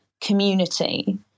community